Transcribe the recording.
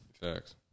Facts